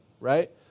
Right